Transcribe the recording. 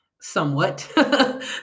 somewhat